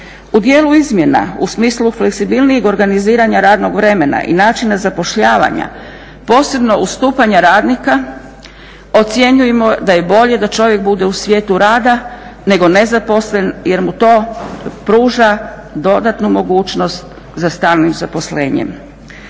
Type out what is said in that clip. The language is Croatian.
U dijelu izmjena u smislu fleksibilnijeg organiziranja radnog vremena i načina zapošljavanja posebno ustupanja radnika ocjenjujemo da je bolje da čovjek bude u svijetu rada nego nezaposlen jer mu to pruža dodatnu mogućnost za stalnim zaposlenjem.